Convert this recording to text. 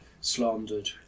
slandered